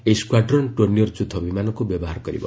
ଏହି squadron Dornier ଯୁଦ୍ଧ ବିମାନକୁ ବ୍ୟବହାର କରିବ